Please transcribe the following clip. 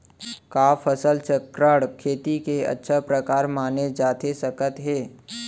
का फसल चक्रण, खेती के अच्छा प्रकार माने जाथे सकत हे?